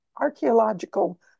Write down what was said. archaeological